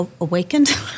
Awakened